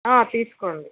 తీసుకోండి